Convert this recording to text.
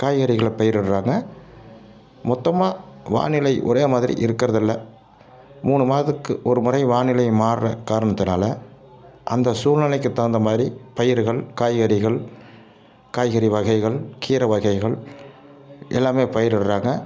காய்கறிகளை பயிரிடுறாங்க மொத்தமாக வானிலை ஒரே மாதிரி இருக்கிறதில்ல மூணு மாதத்துக்கு ஒரு முறை வானிலை மாறுகிற காரணத்தினால் அந்த சூழ்நிலைக்கு தகுந்த மாதிரி பயிர்கள் காய்கறிகள் காய்கறி வகைகள் கீரை வகைகள் எல்லாம் பயிரிடுறாங்க